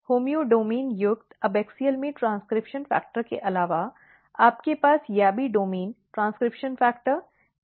homeodomain युक्त abaxial में transcription factor के अलावा आपके पास YABBY domain transcription factor KANADI और कुछ अन्य जीन हैं